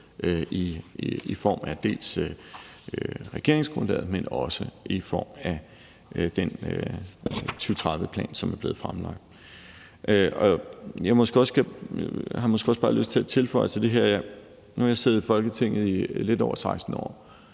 i form af regeringsgrundlaget, dels i form af den 2030-plan, som er blevet fremlagt. Jeg har måske også bare lyst til at tilføje til det her: Nu har jeg siddet i Folketinget i lidt over 16 år,